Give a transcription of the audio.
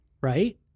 right